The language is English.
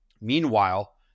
meanwhile